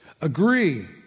agree